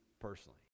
personally